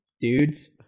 dudes